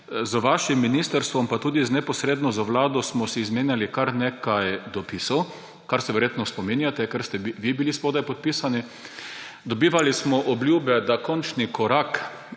Z vašim ministrstvom pa tudi neposredno z Vlado smo si izmenjali kar nekaj dopisov, česar se verjetno spominjate, ker ste bili vi spodaj podpisani. Dobivali smo obljube, da bo končni korak,